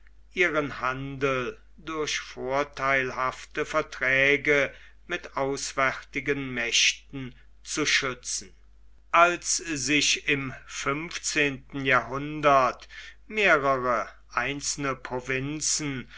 ihren handel durch vorteilhafte verträge mit auswärtigen mächten zu schützen als sich im fünfzehnten jahrhundert mehrere einzelne provinzen